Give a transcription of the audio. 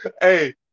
Hey